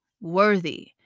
worthy